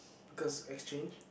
curse exchange